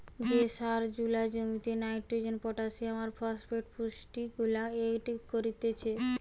যে সার জুলা জমিতে নাইট্রোজেন, পটাসিয়াম আর ফসফেট পুষ্টিগুলা এড করতিছে